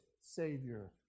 Savior